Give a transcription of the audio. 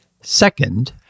Second